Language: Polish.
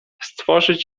stworzyć